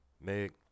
Meg